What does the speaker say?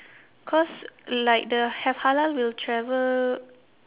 cause like the have halal will travel